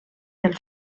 del